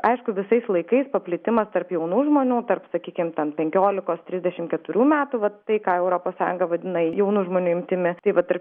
aišku visais laikais paplitimas tarp jaunų žmonių tarp sakykim ten penkiolikos trisdešimt keturių metų vat tai ką europos sąjunga vadina jaunų žmonių imtimi tai vat ir